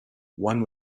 one